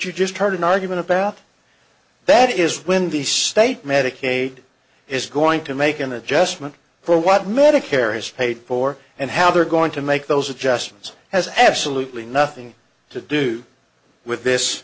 you just heard an argument about that is when the state medicaid is going to make an adjustment for what medicare is paid for and how they're going to make those adjustments has absolutely nothing to do with this